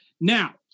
Now